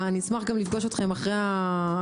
אני אשמח גם לפגוש אתכם אחרי הנאום,